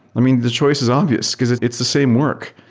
i mean, the choice is obvious, because it's it's the same work.